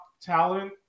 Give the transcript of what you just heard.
talent